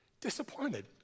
disappointed